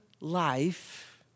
life